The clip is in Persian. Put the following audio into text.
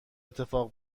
اتفاق